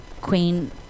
Queen